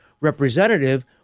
representative